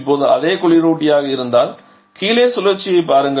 இப்போது அதே குளிரூட்டியாக இருந்தால் கீழே சுழற்சியைப் பாருங்கள்